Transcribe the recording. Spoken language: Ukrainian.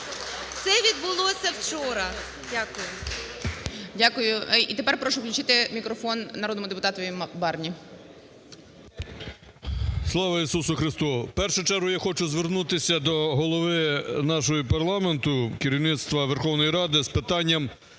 Це відбулося вчора. Дякую. ГОЛОВУЮЧИЙ. Дякую. І тепер прошу включити мікрофон народному депутату Барні. 10:59:25 БАРНА О.С. Слава Ісусу Христу! В першу чергу я хочу звернутися до голови нашого парламенту, керівництва Верховної Ради з питанням